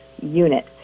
unit